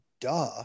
duh